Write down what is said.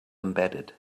embedded